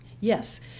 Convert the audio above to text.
yes